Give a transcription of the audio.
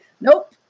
nope